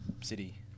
city